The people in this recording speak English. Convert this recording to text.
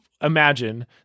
imagine